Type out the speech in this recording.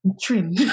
Trim